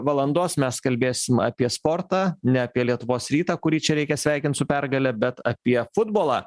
valandos mes kalbėsim apie sportą ne apie lietuvos rytą kurį čia reikia sveikint su pergale bet apie futbolą